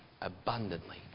abundantly